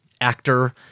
actor